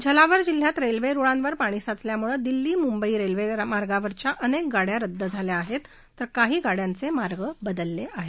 झलावर जिल्ह्यात रेल्वे रुळांवर पाणी साचल्यामुळे दिल्ली मुंबई रेल्वे मार्गावरच्या अनेक गाड्या रद्द केल्या आहेत तर काही गाड्यांचे मार्ग बदलले आहेत